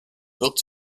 wird